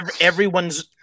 everyone's